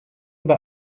über